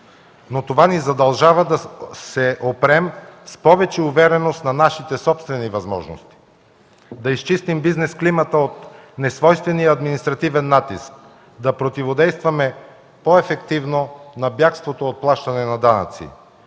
но това ни задължава да се опрем с повече увереност на нашите собствени възможности; да изчистим бизнес климата от несвойствения административен натиск; да противодействаме по-ефективно на бягството от плащане на данъци;